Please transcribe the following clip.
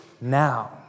now